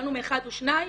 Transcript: קיבלנו מאחד או שניים,